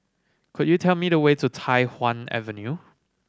could you tell me the way to Tai Hwan Avenue